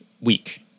week